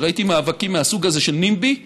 כשראיתי מאבקים מהסוג הזה של NIMBY,